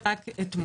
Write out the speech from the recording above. רק אתמול-